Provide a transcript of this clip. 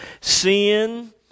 Sin